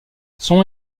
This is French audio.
son